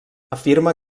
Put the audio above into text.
afirma